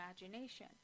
imagination